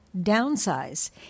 downsize